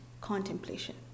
contemplation